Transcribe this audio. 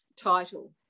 title